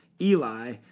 Eli